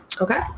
Okay